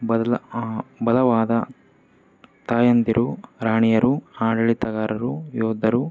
ಬದಲು ಬಲವಾದ ತಾಯಂದಿರು ರಾಣಿಯರು ಆಡಳಿತಗಾರರು ಯೋಧರು